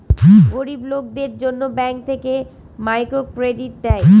গরিব লোকদের জন্য ব্যাঙ্ক থেকে মাইক্রো ক্রেডিট দেয়